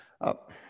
up